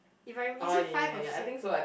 if I'm is it five or six